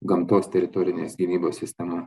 gamtos teritorinės gynybos sistema